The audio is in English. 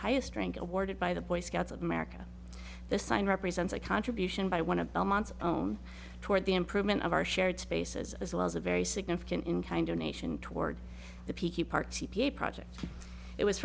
highest rank awarded by the boy scouts of america the sign represents a contribution by one of belmont's toward the improvement of our shared spaces as well as a very significant in kind of nation toward the peaky part t p a project it was